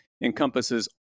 encompasses